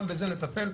גם בזה נטפל,